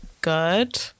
good